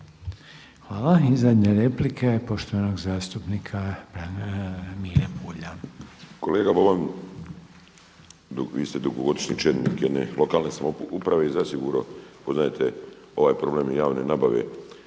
Hvala. I zadnja replika je poštovanog zastupnika Mire Bulja.